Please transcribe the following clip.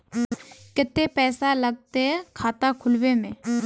केते पैसा लगते खाता खुलबे में?